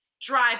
drive